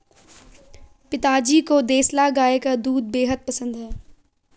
पिताजी को देसला गाय का दूध बेहद पसंद है